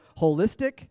holistic